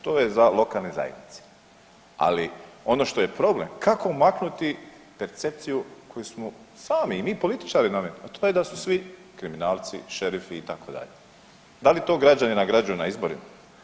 To je za lokalne zajednice, ali ono što je problem kako maknuti percepciju koju smo sami i mi političari nametnuli, a to je da su svi kriminalci, šerifi itd., da li to građani nagrađuju na izborima?